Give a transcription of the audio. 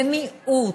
ומיעוט,